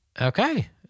Okay